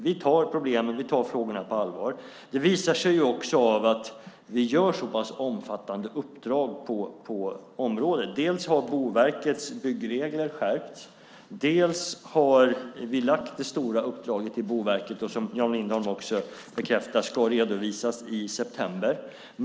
Vi har problem, och vi tar frågorna på allvar. Det visar sig också av att vi ger så pass omfattande uppdrag på området. Dels har Boverkets byggregler skärpts, dels har vi gett det stora uppdraget till Boverket som, vilket Jan Lindholm bekräftar, ska redovisas i september.